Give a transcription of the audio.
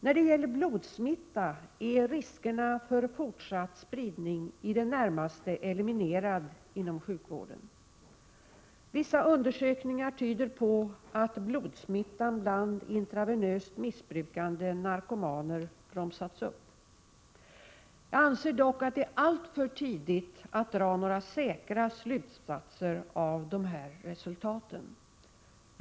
När det gäller blodsmitta är riskerna för fortsatt spridning i det närmaste eliminerad inom sjukvården. Vissa undersökningar tyder på att blodsmittan bland intravenöst missbrukande narkomaner bromsats upp. Jag anser dock, att det är alltför tidigt att dra några säkra slutsatser av dessa resultat.